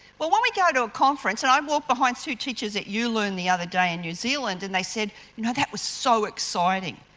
well, when we go to a conference and i walked behind two teachers at ulong the other day in new zealand and they said you know that was so exciting,